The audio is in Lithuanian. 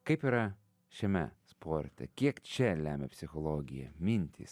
kaip yra šiame sporte kiek čia lemia psichologija mintys